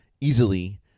easily